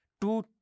Two